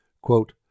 quote